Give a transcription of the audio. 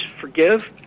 forgive